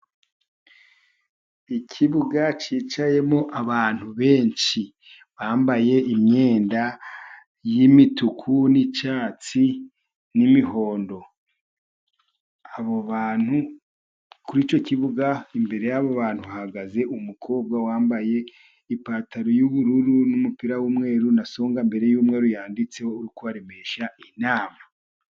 Ikibuga cyicayemo abantu benshi bambaye imyenda y'imituku n'icyatsi n'imihondo, abo bantu kuri icyo kibuga imbere y'abantu hahagaze umukobwa wambaye ipantaro y'ubururu n'umupira w'umweru na songa mbere yumweru yanditseho uri kubaremesha inama.